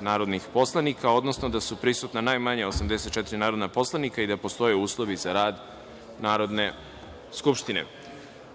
narodnih poslanika, odnosno da su prisutna najmanje 84 narodna poslanika i da postoje uslovi za rad Narodne skupštine. Prelazimo